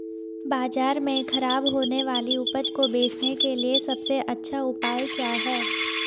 बाजार में खराब होने वाली उपज को बेचने के लिए सबसे अच्छा उपाय क्या हैं?